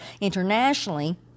internationally